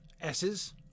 S's